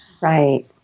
Right